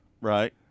Right